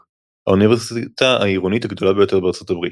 – האוניברסיטה העירונית הגדולה ביותר בארצות הברית.